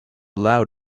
loud